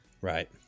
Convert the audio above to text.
Right